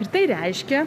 ir tai reiškia